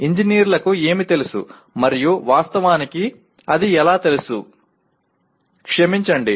ఇంజనీర్లకు ఏమి తెలుసు మరియు వాస్తవానికి అది ఎలా తెలుసు క్షమించండి